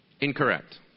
Incorrect